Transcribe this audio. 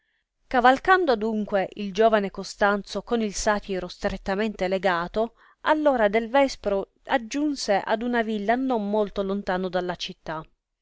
cavalcando adunque il giovane costanzo con il satiro strettamente legato all ora del vespro aggiunse ad una villa non molto lontano dalla città